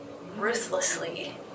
ruthlessly